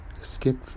skip